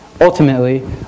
ultimately